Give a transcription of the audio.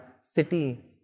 city